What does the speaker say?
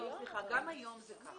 גם היום זה כך.